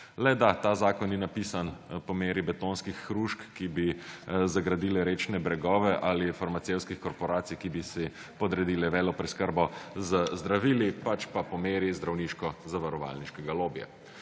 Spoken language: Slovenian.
Le, da ta zakon je napisal po meri betonskih hrušk, ki bi zagradile rečne bregove ali farmacevtskih korporacij, ki bi si podredile vele preskrbo z zdravili pač pa po meni zdravniško zavarovalniškega lobija.